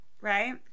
right